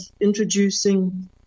introducing